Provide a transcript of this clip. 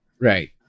Right